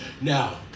Now